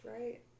right